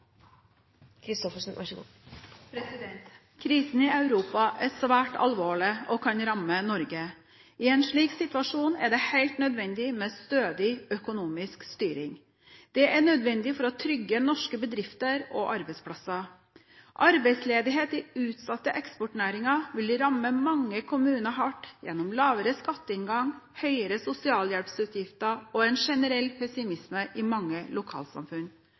svært alvorlig og kan ramme Norge. I en slik situasjon er det helt nødvendig med stødig økonomisk styring. Det er nødvendig for å trygge norske bedrifter og arbeidsplasser. Arbeidsledighet i utsatte eksportnæringer vil ramme mange kommuner hardt gjennom lavere skatteinngang, høyere sosialhjelpsutgifter og en generell pessimisme i mange lokalsamfunn.